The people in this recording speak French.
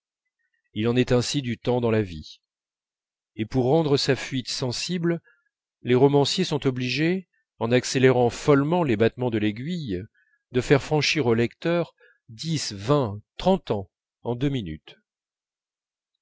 il en est ainsi du temps dans la vie et pour rendre sa fuite sensible les romanciers sont obligés en accélérant follement les battements de l'aiguille de faire franchir au lecteur dix vingt trente ans en deux minutes